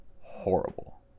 horrible